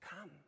come